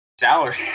Salary